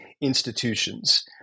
institutions